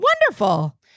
Wonderful